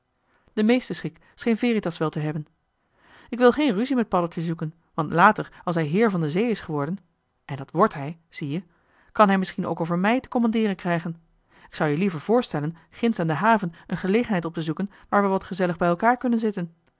den meesten schik scheen veritas wel te hebben k wil geen ruzie met paddeltje zoeken want later als hij heer van de zee is geworden en dat wrdt hij zie-je kan hij misschien ook over mij te commandeeren krijgen k zou-je liever voorstellen ginds aan de haven een gelegenheid op te zoeken waar we wat gezellig bij elkaar kunnen zitten